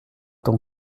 ton